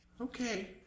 Okay